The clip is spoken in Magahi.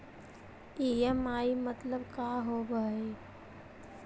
ई.एम.आई मतलब का होब हइ?